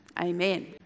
Amen